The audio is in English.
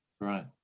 right